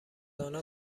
آنان